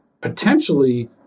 potentially